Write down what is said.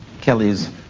Kelly's